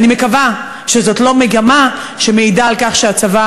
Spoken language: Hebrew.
אני מקווה שזאת לא מגמה שמעידה על כך שהצבא